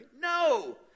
No